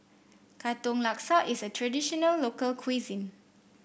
Katong Laksa is a traditional local cuisine